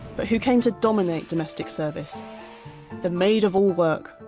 but who came to dominate domestic service the maid-of-all-work.